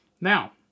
Now